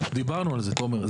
דיברנו על זה, תומר.